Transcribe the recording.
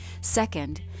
Second